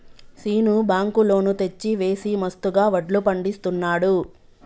Seenu bank loan తెచ్చి వేసి మస్తుగా వడ్లు పండిస్తున్నాడు